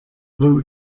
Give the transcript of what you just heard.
blue